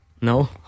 no